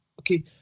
okay